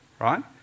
Right